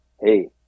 Hey